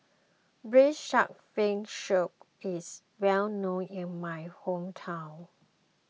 Braised Shark Fin Soup is well known in my hometown